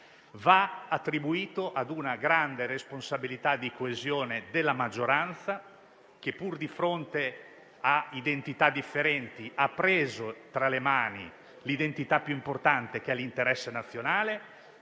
va attribuito a una grande responsabilità di coesione della maggioranza che, pur di fronte a identità differenti, ha preso tra le mani quella più importante, che è l'interesse nazionale,